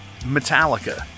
Metallica